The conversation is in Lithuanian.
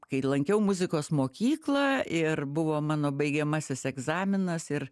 kai lankiau muzikos mokyklą ir buvo mano baigiamasis egzaminas ir